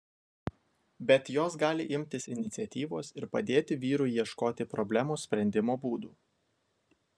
bet jos gali imtis iniciatyvos ir padėti vyrui ieškoti problemos sprendimo būdų